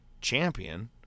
champion